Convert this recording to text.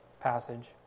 passage